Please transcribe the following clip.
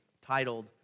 titled